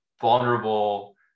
vulnerable